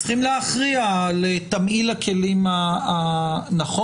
צריך להכריע על תמהיל הכלים הנכון.